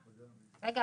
אוקיי.